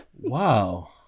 Wow